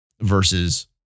versus